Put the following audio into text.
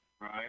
right